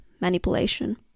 manipulation